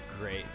great